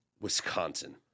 Wisconsin